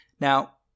Now